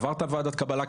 עברת ועדת קבלה,